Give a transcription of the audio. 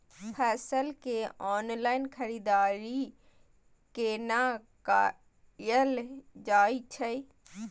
फसल के ऑनलाइन खरीददारी केना कायल जाय छै?